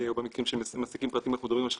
או במקרים של מעסיקים פרטיים אנחנו מדברים על 3%,